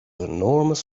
enormous